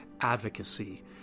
advocacy